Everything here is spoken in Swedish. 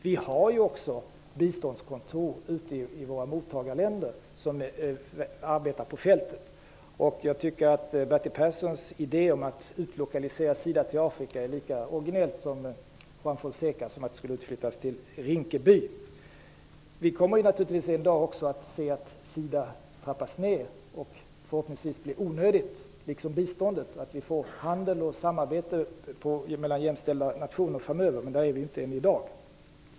Vi har också biståndskontor ute i våra mottagarländer som arbetar på fältet, och jag tycker att Bertil Perssons idé om att utlokalisera SIDA till Afrika är lika originell som Juan Fonsecas om att Vi kommer naturligtvis också en dag att se SIDA trappas ned och förhoppningsvis bli onödigt, liksom biståndet. Vi får framöver i stället handel och samarbete mellan jämställda nationer, men där är vi inte i dag.